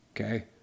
Okay